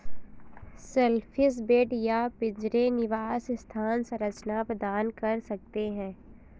shellfish bed या पिंजरे निवास स्थान संरचना प्रदान कर सकते हैं